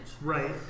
Right